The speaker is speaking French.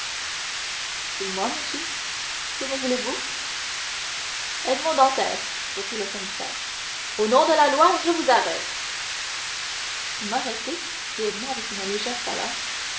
c'est moi monsieur que me voulez-vous edmond dantès reprit le commissaire au nom de la loi je vous arrête vous m'arrêtez dit edmond avec une légère pâleur